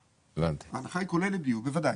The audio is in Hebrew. בוודאי.